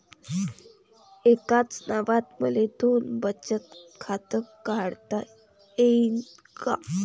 एकाच नावानं मले दोन बचत खातं काढता येईन का?